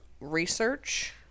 research